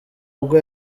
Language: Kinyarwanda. ubwo